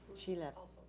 she left.